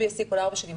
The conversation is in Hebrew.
HBSC הוא כל ארבע שנים.